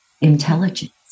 intelligence